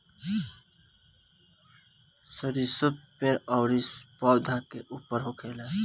सरीसो पेड़ अउरी पौधा के ऊपर होखेला